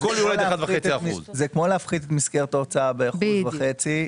הכול יורד 1.5%. זה כמו להפחית את מסגרת ההוצאה באחוז וחצי,